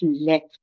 left